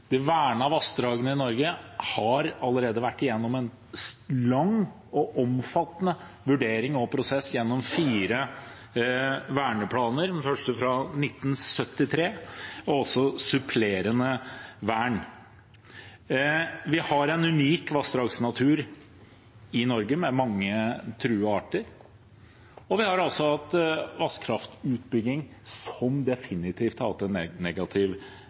vassdragene. De vernede vassdragene i Norge har allerede vært gjennom en lang og omfattende vurdering og prosess gjennom fire verneplaner – den første fra 1973 – og supplerende verneplaner. Vi har en unik vassdragsnatur i Norge, med mange truede arter. Og vi har altså hatt vasskraftutbygging som definitivt har hatt